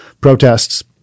Protests